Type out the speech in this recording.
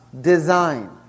design